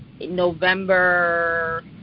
November